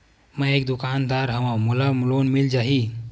मै एक दुकानदार हवय मोला लोन मिल जाही?